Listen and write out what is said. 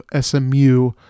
SMU